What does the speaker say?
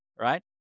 right